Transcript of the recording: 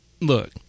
Look